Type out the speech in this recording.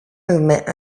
movement